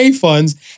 funds